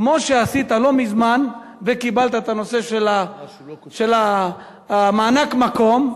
כמו שעשית לא מזמן וקיבלת את הנושא של מענק המקום,